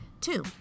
Two